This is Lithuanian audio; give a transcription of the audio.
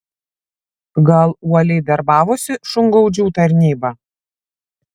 gal uoliai darbavosi šungaudžių tarnyba